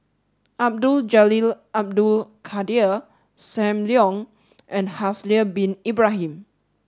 Abdul Jalil Abdul Kadir Sam Leong and Haslir bin Ibrahim